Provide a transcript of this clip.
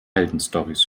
heldenstorys